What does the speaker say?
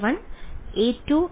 വിദ്യാർത്ഥി a2